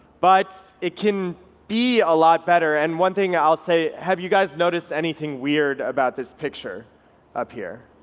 but it can be a lot better and one thing i'll say, have you guys noticed anything weird about this picture up here?